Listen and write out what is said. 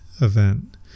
event